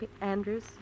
Andrews